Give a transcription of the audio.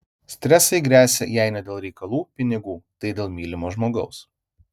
stresai gresia jei ne dėl reikalų pinigų tai dėl mylimo žmogaus